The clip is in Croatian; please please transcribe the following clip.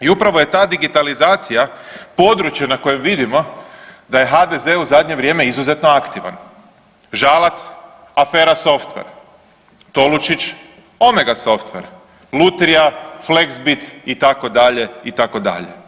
I upravo je ta digitalizacija područje na kojem vidimo da je HDZ u zadnje vrijeme izuzetno aktivan, Žalac afera Softver, Tolušić Omega Software, Lutrija, Flexbits itd., itd.